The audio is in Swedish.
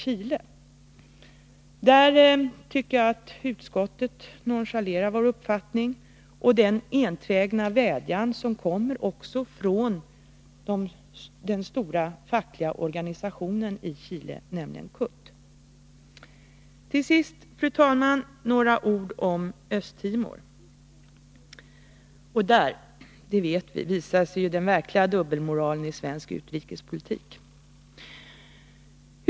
Här tycker jag att utskottet nonchalerar vår uppfattning och den enträgna vädjan från den stora fackliga organisationen i Chile, nämligen CUT. Till sist, fru talman, några ord om Östtimor. I den frågan, det vet vi, visar sig den verkliga dubbelmoralen i svensk utrikespolitik.